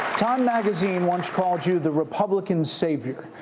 time magazine once called you the republican savior.